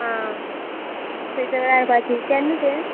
आं थंय सगळें हाडपाची केन्ना ते